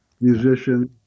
musician